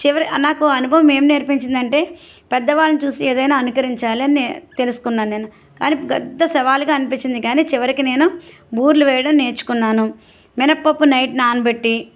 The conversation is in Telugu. చివరకి నాకు అనుభవం ఏమి నేర్పించింది అంటే పెద్ద వాళ్ళని చూసి ఏదైనా అనుకరించాలి అని నేను తెలుసుకున్నాను నేను కానీ పెద్ద సవాలుగా అనిపించింది కానీ చివరికి నేను బురెలు వేయడం నేర్చుకున్నాను మినపప్పు నైట్ నానబెట్టి